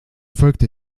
folgte